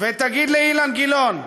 ותגיד לאילן גילאון: